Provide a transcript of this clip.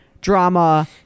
drama